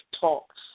talks